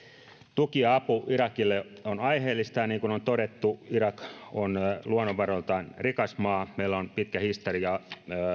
tuki ja apu irakille on aiheellista ja niin kuin on todettu irak on luonnonvaroiltaan rikas maa meillä on pitkä historia